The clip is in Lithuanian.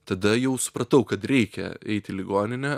tada jau supratau kad reikia eit į ligoninę